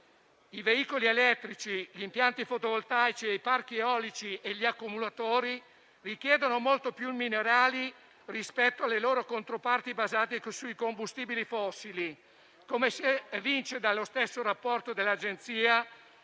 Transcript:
I veicoli elettrici, gli impianti fotovoltaici, i parchi eolici e gli accumulatori richiedono molti più minerali rispetto alle loro controparti basate sui combustibili fossili. Come si evince dallo stesso rapporto dell'Agenzia,